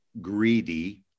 greedy